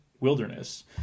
wilderness